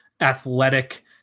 athletic